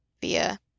via